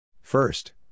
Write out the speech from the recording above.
First